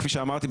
כפי שאמרתי,